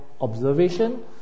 observation